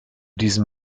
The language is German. diesem